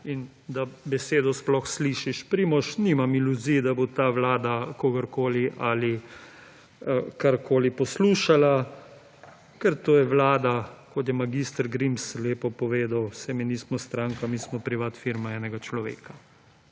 In da besedo sploh slišiš. Primož nimam iluzij, da bo ta vlada kogarkoli ali karkoli poslušala, ker to je vlada, kot je mag. Grims lepo povedal, saj mi nismo stranka, mi smo privat firma enega človeka.